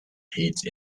heed